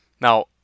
now